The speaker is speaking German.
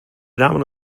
damen